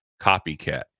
Copycat